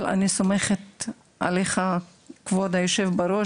אבל אני סומכת עליך כבוד היושב ראש,